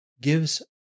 gives